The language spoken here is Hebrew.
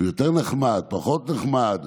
יותר נחמד, פחות נחמד,